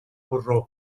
porró